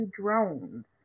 drones